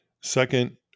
Second